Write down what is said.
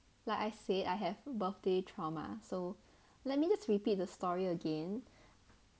like I said I have birthday trauma so let me just repeat the story again